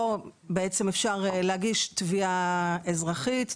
או שאפשר להגיש תביעה אזרחית,